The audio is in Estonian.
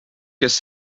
kes